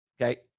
Okay